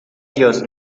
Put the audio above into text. ellos